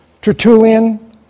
Tertullian